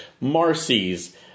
Marcy's